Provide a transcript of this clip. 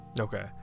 Okay